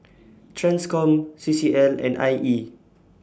TRANSCOM C C L and I E